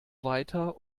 weiter